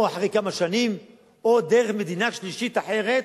או אחרי כמה שנים או דרך מדינה שלישית אחרת,